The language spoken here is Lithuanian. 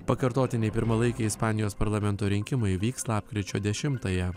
pakartotiniai pirmalaikiai ispanijos parlamento rinkimai vyks lapkričio dešimtąją